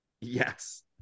Yes